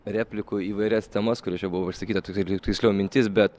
replikų įvairias temas kurios čia buvo išsakyta taip tiksliau mintis bet